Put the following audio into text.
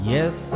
Yes